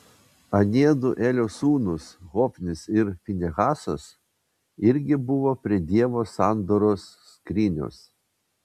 aniedu elio sūnūs hofnis ir finehasas irgi buvo prie dievo sandoros skrynios